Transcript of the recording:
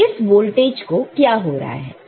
तो इस वोल्टेज को क्या हो रहा है